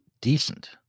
decent